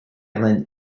island